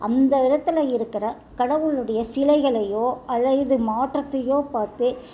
அந்த இடத்துல இருக்கிற கடவுளுடைய சிலைகளையோ அல்லது மாற்றத்தையோ பார்த்து